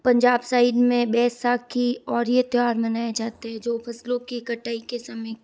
Punjab side में बैसाखी और यह त्यौहार मनाया जाते जो फ़सलों की कटाई के समय